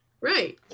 Right